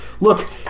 look